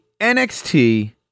NXT